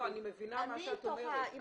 אני מבינה מה את אומרת.